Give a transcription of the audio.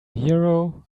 hero